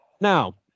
Now